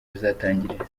bizatangirira